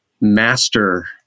master